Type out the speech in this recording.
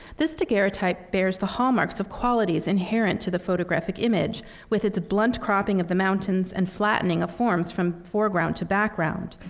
this daguerreotype bears the hallmarks of qualities inherent to the photographic image with its blunt cropping of the mountains and flattening of forms from foreground to background.